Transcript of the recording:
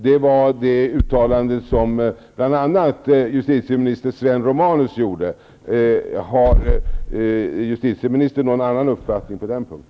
Det var ett uttalande som bl.a. justitieminister Sven Romanus gjorde. Har justitieminstern någon annan uppfattning på denna punkt?